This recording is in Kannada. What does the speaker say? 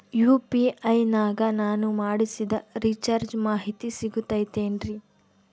ಯು.ಪಿ.ಐ ನಾಗ ನಾನು ಮಾಡಿಸಿದ ರಿಚಾರ್ಜ್ ಮಾಹಿತಿ ಸಿಗುತೈತೇನ್ರಿ?